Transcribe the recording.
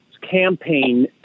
campaign